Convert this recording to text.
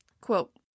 quote